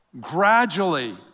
gradually